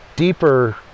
deeper